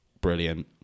brilliant